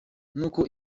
nuko